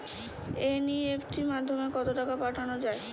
NEFT মাধ্যমে কত টাকা পাঠানো যায়?